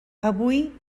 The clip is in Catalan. avui